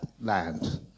land